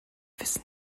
wissen